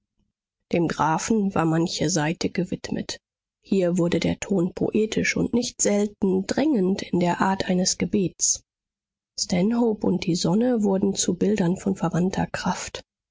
dem grafen war manche seite gewidmet hier wurde der ton poetisch und nicht selten drängend in der art eines gebets stanhope und die sonne wurden zu bildern von verwandter kraft